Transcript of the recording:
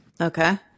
okay